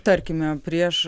tarkime prieš